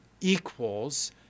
equals